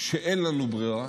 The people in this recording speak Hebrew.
שאין לנו ברירה